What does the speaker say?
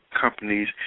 companies